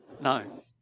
No